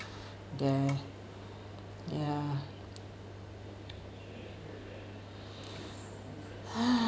there ya ha